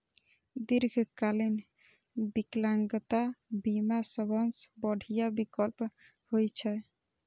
दीर्घकालीन विकलांगता बीमा सबसं बढ़िया विकल्प होइ छै